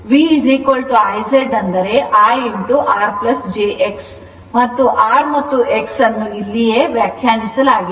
ಆದ್ದರಿಂದ X1 X2 ಮತ್ತು V I Z ಅಂದರೆ I R jX ಮತ್ತು R ಮತ್ತು X ಅನ್ನು ಇಲ್ಲಿಯೇ ವ್ಯಾಖ್ಯಾನಿಸಲಾಗಿದೆ